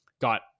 got